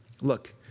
look